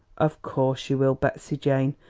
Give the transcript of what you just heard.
of course you will, betsey jane!